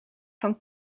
van